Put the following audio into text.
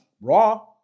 Raw